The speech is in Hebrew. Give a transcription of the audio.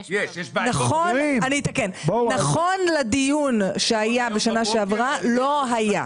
נכון, אתקן נכון לדיון שהיה בשנה שעברה לא היה.